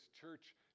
church